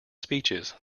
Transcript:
speeches